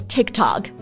TikTok